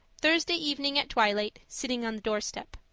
thursday evening at twilight, sitting on the doorstep.